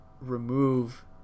remove